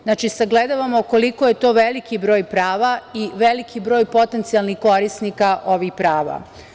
Znači, sagledavamo koliko je to veliki broj prava i veliki broj potencijalnih korisnika ovih prava.